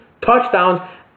touchdowns